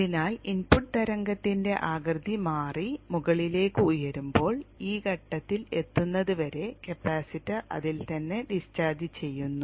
അതിനാൽ ഇൻപുട്ട് തരംഗത്തിന്റെ ആകൃതി മാറി മുകളിലേക്ക് ഉയരുമ്പോൾ ഈ ഘട്ടത്തിൽ എത്തുന്നതുവരെ കപ്പാസിറ്റർ അതിൽ തന്നെ ഡിസ്ചാർജ് ചെയ്യുന്നു